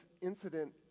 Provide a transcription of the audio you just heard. incident